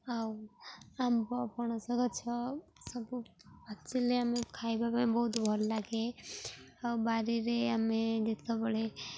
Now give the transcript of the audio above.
ଆଉ ଆମ୍ବ ପଣସ ଗଛ ସବୁ ପାଚିଲେ ଆମେ ଖାଇବା ପାଇଁ ବହୁତ ଭଲ ଲାଗେ ଆଉ ବାରିରେ ଆମେ ଯେତେବେଳେ